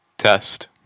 Test